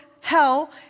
hell